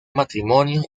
matrimonio